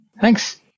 Thanks